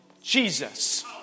Jesus